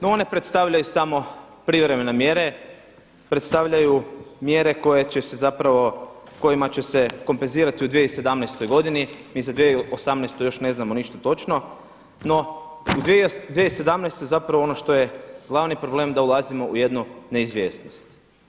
No one predstavljaju samo privremene mjere, predstavljaju mjere kojima će kompenzirati u 2017. godini i za 2018. još ne znamo ništa točno, no u 2017. zapravo ono što je glavni problem da ulazimo u jednu neizvjesnost.